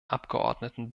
abgeordneten